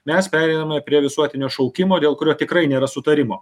mes pereiname prie visuotinio šaukimo dėl kurio tikrai nėra sutarimo